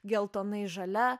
geltonai žalia